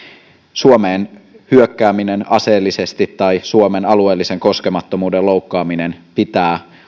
suomeen hyökkääminen aseellisesti tai suomen alueellisen koskemattomuuden loukkaaminen pitää